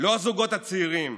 לא הזוגות הצעירים,